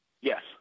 Yes